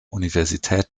universität